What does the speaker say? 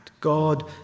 God